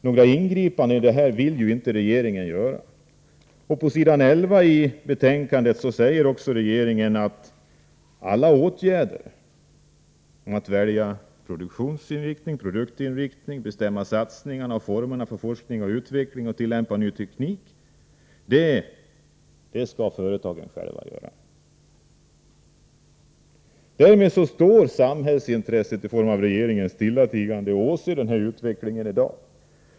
Några ingripanden i detta vill ju regeringen inte göra. På s. 11 i betänkandet säger utskottsmajoriteten, som därmed följer regeringen, att företagen själva skall välja produktionsinriktning och bestämma satsningar na på och formerna för forskning och utveckling och tillämpningen av ny teknik. Därmed står samhällsintresset i form av regeringen stillatigande och åser utvecklingen i dag.